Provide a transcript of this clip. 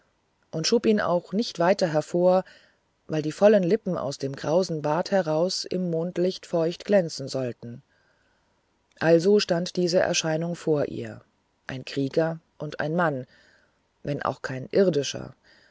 und schob ihn auch nicht weiter hervor weil die vollen lippen aus dem krausen bart heraus im mondlichte feucht glänzen sollten also stand diese erscheinung vor ihr ein krieger und ein mann wenn auch kein irdischer